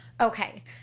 Okay